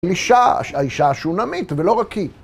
אישה, האישה השונמית, ולא רק היא.